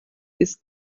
ist